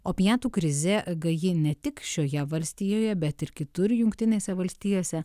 opiatų krizė gaji ne tik šioje valstijoje bet ir kitur jungtinėse valstijose